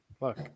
Look